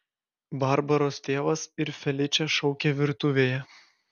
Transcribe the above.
barbaros tėvas ir feličė šaukė virtuvėje